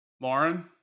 Lauren